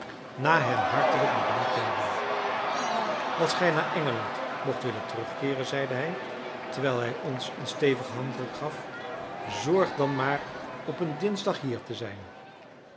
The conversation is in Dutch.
na hem hartelijk bedankt te hebben als gij naar engeland mocht willen terugkeeren zeide hij terwijl hij ons een stevigen handdruk gaf zorg dan maar op een dinsdag hier te zijn